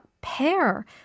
pear